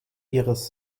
ihres